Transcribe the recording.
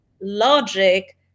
logic